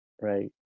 Right